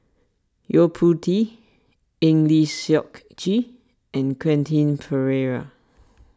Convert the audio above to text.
Yo Po Tee Eng Lee Seok Chee and Quentin Pereira